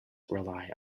rely